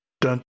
Dun